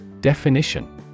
Definition